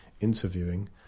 interviewing